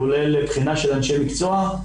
כולל בחינה של אנשי מקצוע.